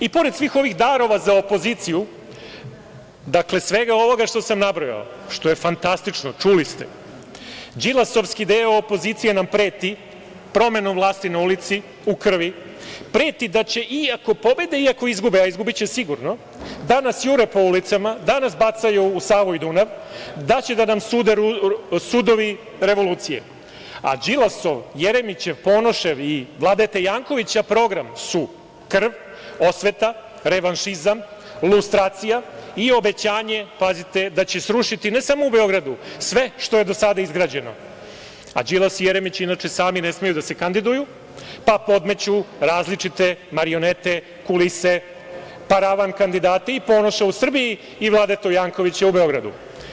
I pored svih ovih darova za opoziciju, svega ovoga što sam nabrojao, što je fantastično, čuli ste, Đilasovski deo opozicije nam preti promenom vlasti na ulici u krvi, preti da će i ako pobede i ako izgube, a izgubiće sigurno, da nas jure po ulicama, da nas bacaju u Savu i Dunav, da će da nam sude sudovi revolucije, a Đilasov, Jeremićev, Ponošev i Vladete Jankovića, program, su krv, osveta, revanšizam, lustracija, i obećanje, da će srušiti ne samo u Beogradu, sve što je do sada izgrađeno, a Đilas i Jeremić, inače sami ne smeju da se kandiduju pa podmeću različite marionete, kulise, paravan kandidate i Ponoša u Srbiji i Vladetu Jankovića u Beogradu.